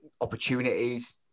opportunities